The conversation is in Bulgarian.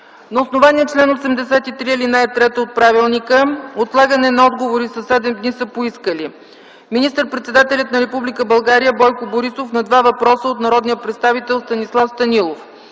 На основание чл. 83, ал. 3 от правилника отлагане на отговори със 7 дни са поискали: Министър - председателят на Република България Бойко Борисов на два въпроса от народния представител Станислав Станилов.